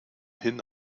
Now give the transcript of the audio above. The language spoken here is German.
hin